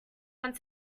want